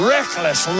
Reckless